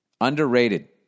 Underrated